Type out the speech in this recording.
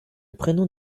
prénom